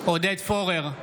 פורר,